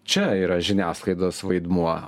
čia yra žiniasklaidos vaidmuo